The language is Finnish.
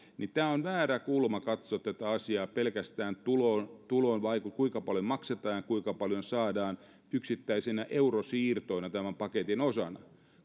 mutta on väärä kulma katsoa tätä asiaa pelkästään tulona kuinka paljon maksetaan ja kuinka paljon saadaan yksittäisinä eurosiirtoina tämän paketin osana